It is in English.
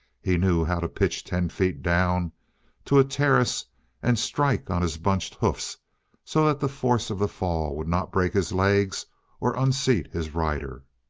he knew how to pitch ten feet down to a terrace and strike on his bunched hoofs so that the force of the fall would not break his legs or unseat his rider.